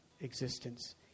existence